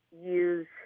use